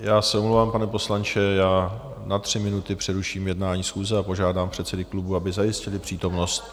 Já se omlouvám, pane poslanče, já na tři minuty přeruším jednání schůze a požádám předsedy klubů, aby zajistili přítomnost...